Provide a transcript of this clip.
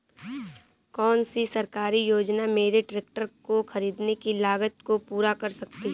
कौन सी सरकारी योजना मेरे ट्रैक्टर को ख़रीदने की लागत को पूरा कर सकती है?